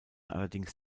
allerdings